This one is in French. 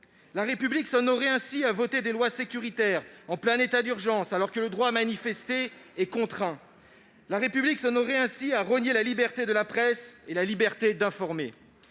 La République s'honorerait ainsi à voter des lois sécuritaires en plein état d'urgence, alors que le droit à manifester est contraint ... La République s'honorerait ainsi à rogner la liberté de la presse et la liberté d'informer